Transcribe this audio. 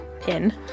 pin